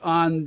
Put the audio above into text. on